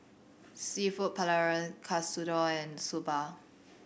Seafood Paella Katsudon and Soba